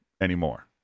anymore